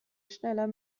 schneller